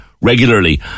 regularly